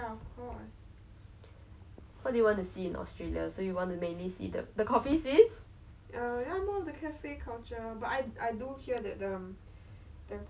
but the thing then they said like it's hard to go on like public transport which is something singapore is very like very efficient lah everywhere is connected but then they said err when you go to australia